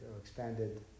expanded